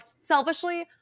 selfishly